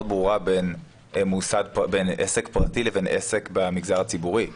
ברורה בין עסק פרטי ולבין עסק במגזר הציבורי,